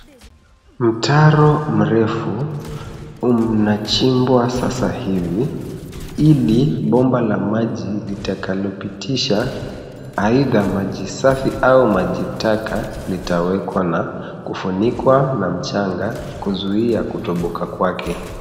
Mtaro mrefu unachimbwa sasa hivi ili bomba la maji litakalopitisha aidha maji safi au maji taka litawekwa na kufunikwa kwa mchanga kuzuia kutoboka kwake.